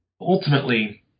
Ultimately